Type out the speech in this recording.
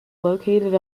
located